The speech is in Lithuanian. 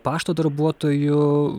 pašto darbuotojų